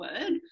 word